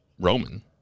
Roman